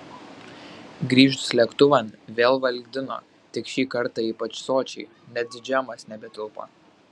grįžus lėktuvan vėl valgydino tik šį kartą ypač sočiai net džemas nebetilpo